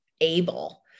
able